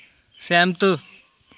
सैह्मत